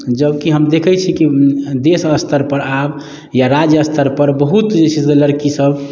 जबकि हम देखैत छी कि देश स्तरपर आब या राज्य स्तरपर बहुत जे छै से लड़कीसभ